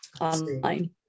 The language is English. online